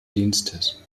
dienstes